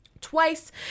twice